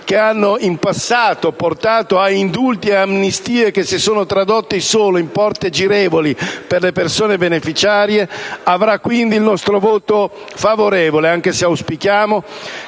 che in passato hanno portato a indulti e amnistie, che si sono tradotti solo in «porte girevoli» per le persone beneficiarie), avrà il nostro voto favorevole. Auspichiamo,